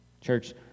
Church